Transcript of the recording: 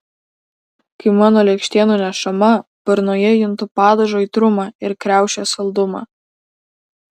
kai mano lėkštė nunešama burnoje juntu padažo aitrumą ir kriaušės saldumą